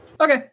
Okay